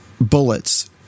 bullets